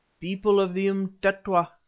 people of the umtetwa,